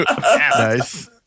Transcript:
Nice